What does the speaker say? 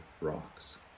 rocks